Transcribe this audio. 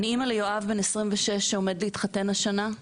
אני אמא ליואב בן ה-26 שעומד להתחתן השנה,